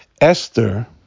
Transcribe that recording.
Esther